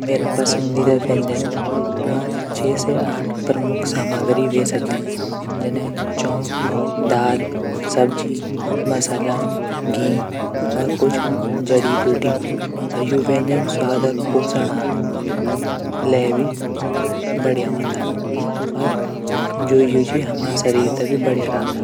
मेरा पंसदीदा व्यजन छः से आठ प्रमुख सामग्री ह्वे सकदी। जनई चौल दाल सब्जी मसला घी। कुछ जडी बुटी। और यू व्यजन ।स्वाद और पोषण ल्या भी बडिया हूंदा। जू यू छिन हमर शरीर तै भी बढिया रखदन।